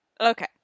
Okay